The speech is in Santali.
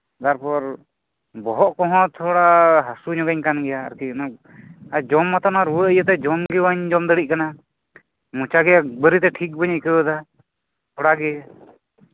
ᱛᱟᱨᱯᱚᱨ ᱵᱚᱦᱚᱜ ᱠᱚᱸᱦᱚ ᱛᱷᱚᱲᱟ ᱦᱟᱹᱥᱳ ᱧᱚᱜ ᱤᱧ ᱠᱟᱱ ᱜᱮᱭᱟ ᱟᱨᱠᱤ ᱡᱚᱢ ᱢᱟᱛᱚ ᱨᱩᱣᱟᱹ ᱤᱭᱟᱹᱛᱮ ᱡᱚᱢ ᱜᱮ ᱵᱟᱹᱧ ᱡᱚᱢ ᱫᱟᱲᱮᱭᱟᱜ ᱠᱟᱱᱟ ᱢᱚᱪᱟ ᱜᱮ ᱮᱠᱵᱟᱨᱮ ᱜᱮ ᱴᱷᱤᱠ ᱵᱟᱹᱧ ᱟᱹᱭᱠᱟᱹᱣ ᱮᱫᱟ ᱛᱷᱚᱲᱟᱜᱮ